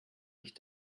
ich